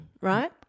right